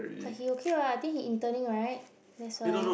but he okay [what] I think he interning [right] that's why